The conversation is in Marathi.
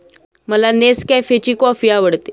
मला नेसकॅफेची कॉफी आवडते